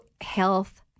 health